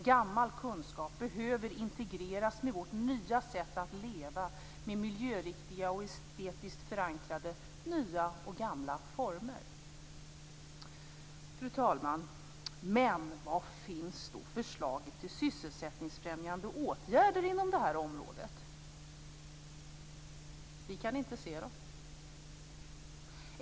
Gammal kunskap behöver integreras med vårt nya sätt att leva med miljöriktiga och estetiskt förankrade nya och gamla former. Fru talman! Var finns då förslaget till sysselsättningsfrämjande åtgärder inom detta område? Vi kan inte se det.